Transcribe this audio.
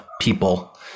people